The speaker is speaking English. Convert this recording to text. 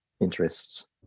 interests